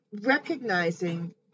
recognizing